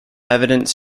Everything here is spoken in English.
evidence